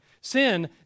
sin